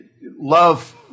love